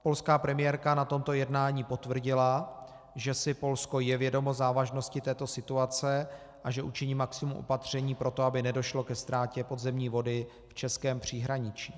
Polská premiérka na tomto jednání potvrdila, že si Polsko je vědomo závažnosti této situace a že učiní maximum opatření pro to, aby nedošlo ke ztrátě podzemní vody v českém příhraničí.